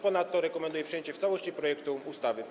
Ponadto rekomenduje przyjęcie w całości projektu ustawy.